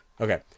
okay